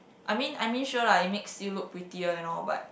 I mean I mean sure lah it makes you look prettier and all but